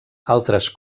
altres